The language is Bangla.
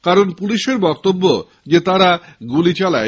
কারণ পুলিশের দাবী তারা গুলি চালায়